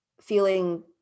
feeling